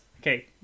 Okay